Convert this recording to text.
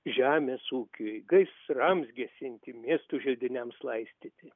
žemės ūkiui gaisrams gesinti miestų žiediniams laistyti